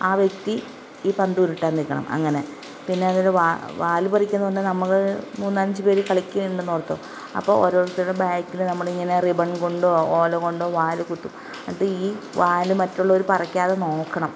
ആ വ്യക്തി ഈ പന്തുരുട്ടാൻ നിക്കണം അങ്ങനെ പിന്നെ അതൊരു വാൽ വാൽ പറിക്കുന്നൂന്ന് പറഞ്ഞാൽ നമ്മൾ മൂന്ന് നാല് അഞ്ച് പേര് കളിക്കണുണ്ട് ഓർത്തോ അപ്പം ഓരോരുത്തരുടെ ബാക്കിൽ നമ്മളിങ്ങനെ റിബൺ കൊണ്ടോ ഓലകൊണ്ടോ വാൽ കുത്തും അന്നിട്ട് ഈ വാൽ മറ്റുള്ളവർ പറിക്കാതെ നോക്കണം